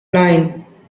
nine